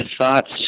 thoughts